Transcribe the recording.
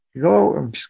go